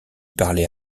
parlait